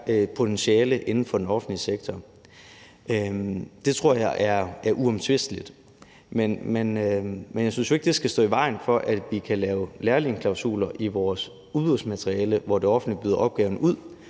potentiale inden for den offentlige sektor. Det tror jeg er uomtvisteligt, men jeg synes jo ikke, det skal stå i vejen for, at vi kan lave lærlingeklausuler i vores udbudsmateriale, hvor det offentlige byder opgaven ud